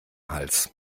hals